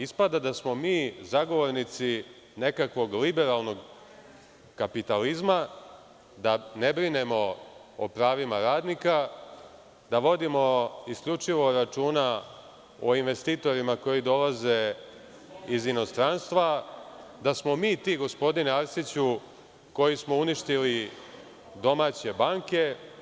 Ispada da smo mi zagovornici nekakvog liberalnog kapitalizma, da ne brinemo o pravima radnika, da vodimo isključivo računa o investitorima koji dolaze iz inostranstva da smo mi ti gospodine Arsiću koji smo uništili domaće banke.